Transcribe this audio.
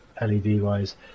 LED-wise